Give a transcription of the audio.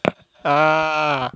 ah